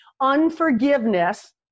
Unforgiveness